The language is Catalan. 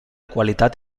qualitat